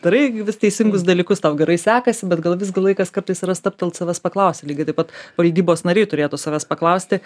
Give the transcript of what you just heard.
darai vis teisingus dalykus tau gerai sekasi bet gal visgi laikas kartais yra stabtelt savęs paklausti lygiai taip pat valdybos nariai turėtų savęs paklausti